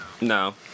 No